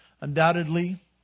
Undoubtedly